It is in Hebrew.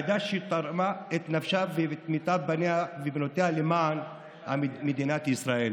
העדה שתרמה את נפשה ואת מיטב בניה ובנותיה למען מדינת ישראל.